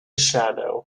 shadow